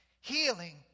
healing